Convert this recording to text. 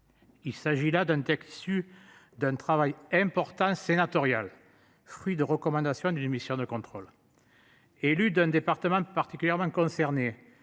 Il s'agit là d'un texte issu d'un travail important. Sénatoriales, fruit de recommandation d'une mission de contrôle. Élu d'un département particulièrement concerné.